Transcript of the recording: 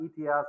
ETS